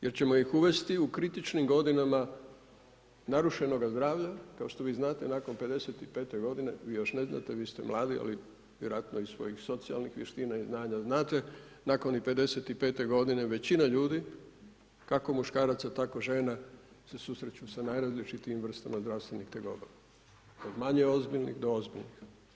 Jer ćemo ih uvesti u kritičnim godinama narušenoga zdravlja kao što vi znate nakon 55. godine, još ne znate vi ste mladi, ali iz svojih socijalnih vještina i znanja znate nakon 55. godine većina ljudi kako muškaraca tako i žena se susreću sa najrazličitijim vrstama zdravstvenih tegoba od manje ozbiljnih do ozbiljnih.